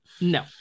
No